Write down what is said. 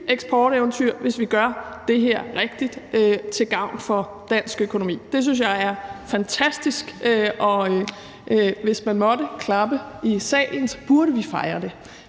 eksporteventyr, hvis vi gør det her rigtigt til gavn for dansk økonomi. Det synes jeg er fantastisk, og hvis man måtte klappe i salen, burde vi fejre det